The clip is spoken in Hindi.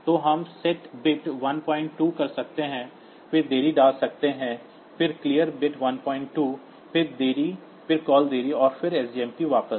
तो हम सेट बिट 12 कर सकते हैं फिर देरी डाल सकते हैं फिर क्लियर बिट 12 फिर कॉल देरी और फिर सजमप वापस